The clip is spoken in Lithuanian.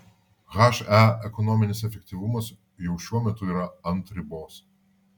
he ekonominis efektyvumas jau šiuo metu yra ant ribos